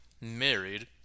married